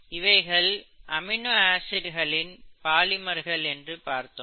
இவைகள் amino acid இன் பாலிமர்கள் என்று பார்த்தோம்